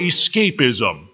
Escapism